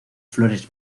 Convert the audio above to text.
flores